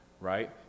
right